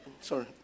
Sorry